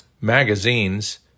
magazines